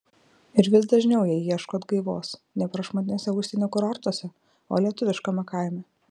ir vis dažniau jie ieško atgaivos ne prašmatniuose užsienio kurortuose o lietuviškame kaime